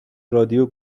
رادیو